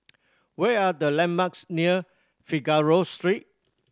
where are the landmarks near Figaro Street